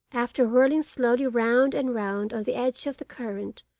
after whirling slowly round and round on the edge of the current,